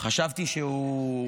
חשבתי שהוא,